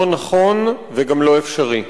לא נכון וגם לא אפשרי.